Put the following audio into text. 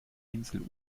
insel